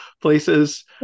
places